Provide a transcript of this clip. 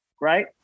right